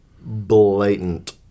blatant